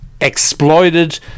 exploited